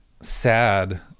sad